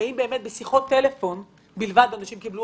האם בשיחות טלפון בלבד אנשים קיבלו